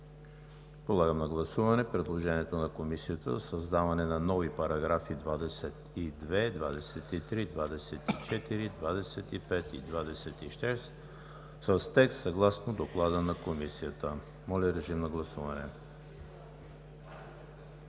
Подлагам на гласуване предложението на Комисията за създаване на нови параграфи 22, 23, 24, 25 и 26 с текст съгласно Доклада на Комисията. Гласували